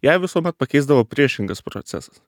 ją visuomet pakeisdavo priešingas procesas